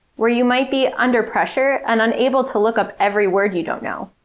where you might be under pressure and unable to look up every word you don't know.